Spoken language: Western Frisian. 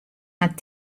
hat